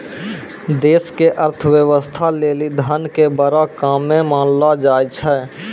देश के अर्थव्यवस्था लेली धन के बड़ो काम मानलो जाय छै